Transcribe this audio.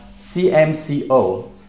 CMCO